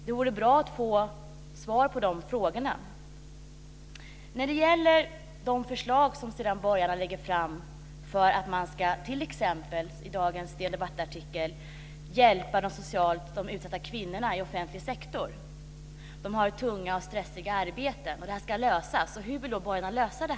Det vore bra att få svar på dessa frågor. Sedan gäller det de förslag som borgarna lägger fram, t.ex. i dagens artikel under DN Debatt, för att hjälpa de utsatta kvinnorna inom den offentliga sektorn. De har tunga och stressiga arbeten. Detta ska lösas. Men hur vill då borgarna lösa det?